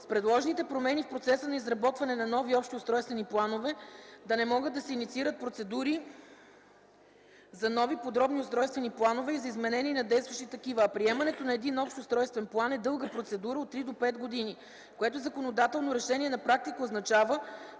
В предложените промени в процеса на изработване на нови общи устройствени планове да не могат да се инициират процедури за нови подробни устройствени планове и за изменение на действащи такива, а приемането на Общ устройствен план е дълга процедура – от 3 до 5 години, което законодателно решение на практика означава